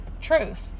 truth